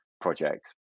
projects